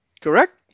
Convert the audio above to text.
Correct